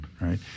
right